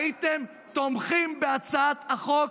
הייתם תומכים בהצעת החוק,